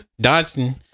dodson